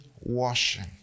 washing